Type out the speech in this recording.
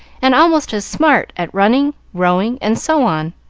and almost as smart at running, rowing, and so on.